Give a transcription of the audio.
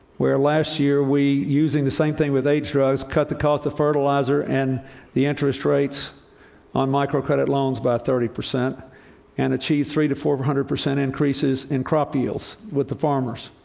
where last year we, using the same thing with aids drugs, cut the cost of fertilizer and the interest rates on microcredit loans by thirty percent and achieved three to four-hundred percent increases in crop yields with the farmers.